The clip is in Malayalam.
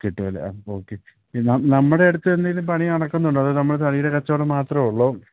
കിട്ടുമല്ലേ ആ ഓക്കെ പിന്നെ നമ്മുടെ അടുത്ത് എന്തെങ്കിലും പണി നടക്കുന്നുണ്ടോ അതോ നമ്മൾ തടിയുടെ കച്ചവടം മാത്രമേ ഉള്ളോ